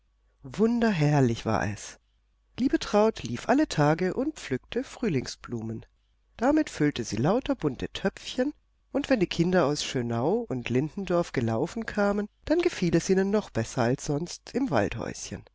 wunderherrlich war es liebetraut lief alle tage und pflückte frühlingsblumen damit füllte sie lauter bunte töpfchen und wenn die kinder aus schönau und lindendorf gelaufen kamen dann gefiel es ihnen noch besser als sonst im